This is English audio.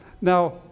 Now